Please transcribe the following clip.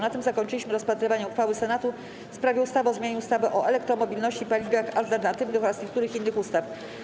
Na tym zakończyliśmy rozpatrywanie uchwały Senatu w sprawie ustawy o zmianie ustawy o elektromobilności i paliwach alternatywnych oraz niektórych innych ustaw.